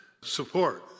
support